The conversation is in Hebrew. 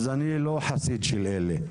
אני לא חסיד של אלה.